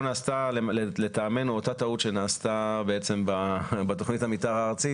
נעשתה לטעמנו אותה טעות שנעשתה בתכנית המתאר הארצית